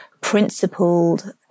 principled